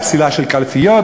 הייתה פסילה של קלפיות,